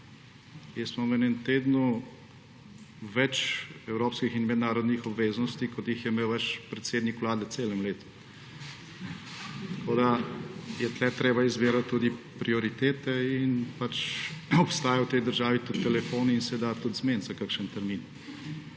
Jaz imam v enem tednu več evropskih in mednarodnih obveznosti kot jih je imel vaš predsednik vlade v celem letu. Tukaj je treba izbirati tudi prioritete in obstajajo v tej državi tudi telefoni in se da tudi zmeniti za kakšen termin,